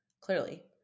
clearly